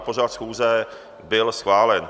Pořad schůze byl schválen.